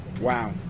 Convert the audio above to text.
Wow